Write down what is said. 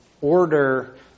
order